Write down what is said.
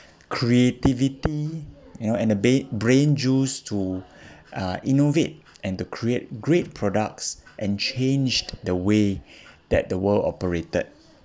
creativity you know and the be~ brain juice to uh innovate and to create great products and changed the way that the world operated